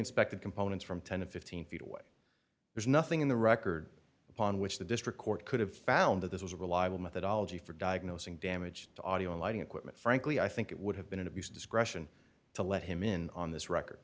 inspect the components from ten to fifteen feet away there's nothing in the record upon which the district court could have found that this was a reliable methodology for diagnosing damage to audio and lighting equipment frankly i think it would have been an abuse discretion to let him in on this record